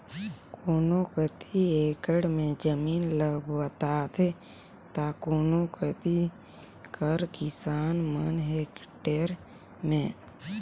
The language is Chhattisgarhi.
कोनो कती एकड़ में जमीन ल बताथें ता कोनो कती कर किसान मन हेक्टेयर में